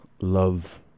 love